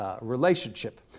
relationship